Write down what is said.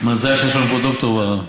מזל שיש לנו דוקטור באולם.